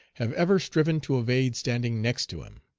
have ever striven to evade standing next to him.